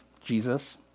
Jesus